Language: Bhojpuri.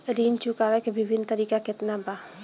ऋण चुकावे के विभिन्न तरीका केतना बा?